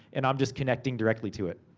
and i'm just connecting directly to it.